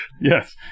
Yes